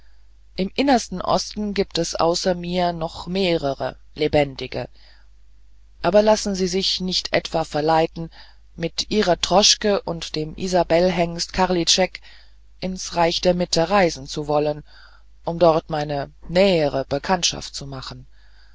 im innersten osten gibt es außer mir noch mehrere lebendige aber lassen sie sich nicht etwa verleiten mit ihrer droschke und dem isabellhengst karlitschek ins reich der mitte reisen zu wollen um dort meine nähere bekanntschaft zu machen